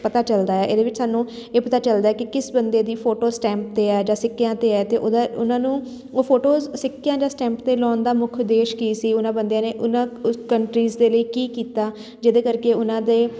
ਪਤਾ ਚਲਦਾ ਹੈ ਇਹਦੇ ਵਿੱਚ ਸਾਨੂੰ ਇਹ ਪਤਾ ਚਲਦਾ ਹੈ ਕਿ ਕਿਸ ਬੰਦੇ ਦੀ ਫੋਟੋ ਸਟੈਂਪ 'ਤੇ ਹੈ ਜਾਂ ਸਿੱਕਿਆਂ 'ਤੇ ਹੈ ਅਤੇ ਉਹਦਾ ਉਹਨਾਂ ਨੂੰ ਉਹ ਫੋਟੋਜ਼ ਸਿੱਕਿਆਂ ਜਾਂ ਸਟੈਂਪ 'ਤੇ ਲਾਉਣ ਦਾ ਮੁੱਖ ਉਦੇਸ਼ ਕੀ ਸੀ ਉਹਨਾਂ ਬੰਦਿਆਂ ਨੇ ਉਹਨਾਂ ਉਸ ਕੰਟਰੀਸ ਦੇ ਲਈ ਕੀ ਕੀਤਾ ਜਿਹਦੇ ਕਰਕੇ ਉਹਨਾਂ ਦੇ